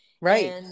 Right